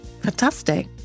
fantastic